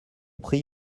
prix